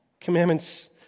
commandments